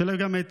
את